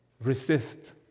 resist